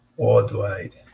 Worldwide